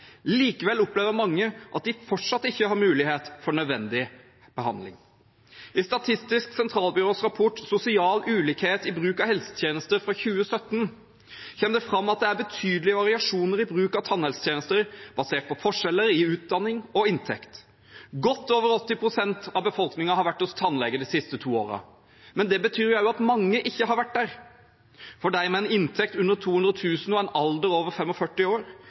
Likevel opplever mange at de fortsatt ikke har mulighet til nødvendig behandling. I Statistisk sentralbyrås rapport Sosial ulikhet i bruk av helsetjenester fra 2017 kommer det fram at det er betydelige variasjoner i bruk av tannhelsetjenester basert på forskjeller i utdanning og inntekt. Godt over 80 pst. av befolkningen har vært hos tannlege de siste to årene. Det betyr også at mange ikke har vært der. Av dem med en inntekt under 200 000 kr og en alder over 45 år